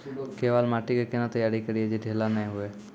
केवाल माटी के कैना तैयारी करिए जे ढेला नैय हुए?